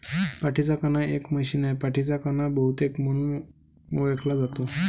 पाठीचा कणा एक मशीन आहे, पाठीचा कणा बहुतेक म्हणून ओळखला जातो